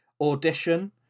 audition